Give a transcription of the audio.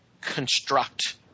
construct